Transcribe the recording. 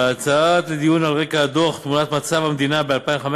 בהצעת הדיון על רקע הדוח "תמונת מצב המדינה 2015"